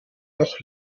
noch